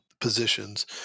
positions